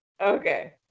Okay